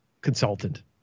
consultant